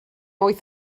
wyth